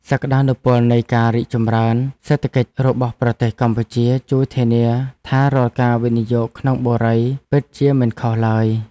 សក្តានុពលនៃការរីកចម្រើនសេដ្ឋកិច្ចរបស់ប្រទេសកម្ពុជាជួយធានាថារាល់ការវិនិយោគក្នុងបុរីពិតជាមិនខុសឡើយ។